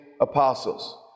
apostles